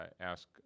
ask